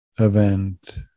event